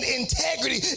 integrity